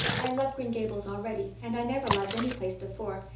i love green gables already, and i never loved any place before.